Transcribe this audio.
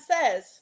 says